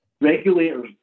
Regulators